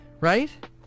right